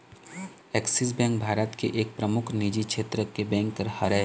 Axis bank भारत के एक परमुख निजी छेत्र के बेंक हरय